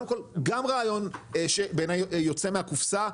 זה גם רעיון שבעיניי יוצא מהקופסה.